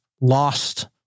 lost